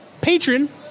patron